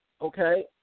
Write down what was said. okay